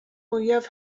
mwyaf